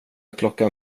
klockan